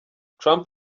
trump